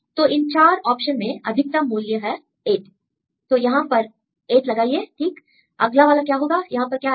तो इन चार ऑप्शन में अधिकतम मूल्य है 8 तोयहां पर 8 लगाइए ठीक अगला वाला क्या होगा यहां पर क्या आएगा